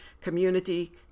community